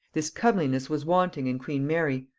this comeliness was wanting in queen mary,